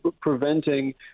preventing